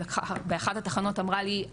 באחת התחנות אמרה לי אחת מהן,